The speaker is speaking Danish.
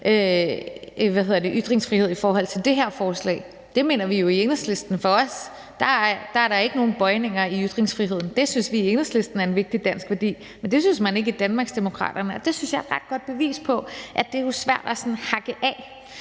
ytringsfrihed i forhold til det her forslag. Det mener vi jo i Enhedslisten. For os er der ikke nogen bøjninger af ytringsfriheden. Det synes vi i Enhedslisten er en vigtig dansk værdi, men det synes man ikke i Danmarksdemokraterne. Det synes jeg er et ret godt bevis på, at det jo er svært sådan at hakke af,